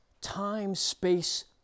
Time-space